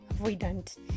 avoidant